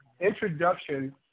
introduction